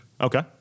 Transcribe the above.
Okay